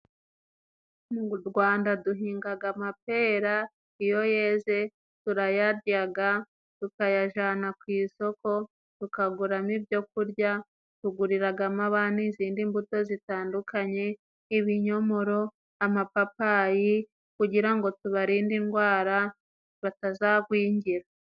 Mu Rwanda duhingaga amapera，iyo yeze turayaryayaga， tukayajana ku isoko，tukaguramo ibyo kurya， tuguriragamo abana izindi mbuto zitandukanye， ibinyomoro， amapapayi，kugira ngo tubarinde indwara batazagwingira.